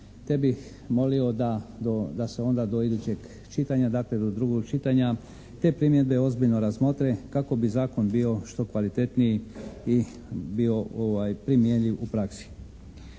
te bi molio da se onda do idućeg čitanja dakle do drugog čitanja te primjedbe ozbiljno razmotre kako bi zakon bio što kvalitetniji i bio primjenljiv u praksi.